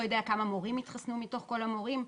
יודע כמה מורים התחסנו מתוך כל המורים.